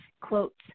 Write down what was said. quotes